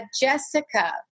Jessica